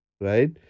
right